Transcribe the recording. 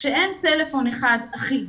כשאין טלפון אחד אחיד,